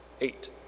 Eight